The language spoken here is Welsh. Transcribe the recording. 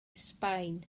sbaen